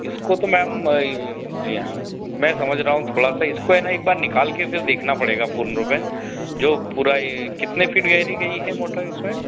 इसको तो मैम जी हाँ मैं समझ रहा हूँ थोड़ा सा इसको है न एक बार निकाल कर फिर देखना पड़ेगा पूर्ण रूप में जो पूरा ये कितने फ़ीट गहरी गई है मोटर इसमें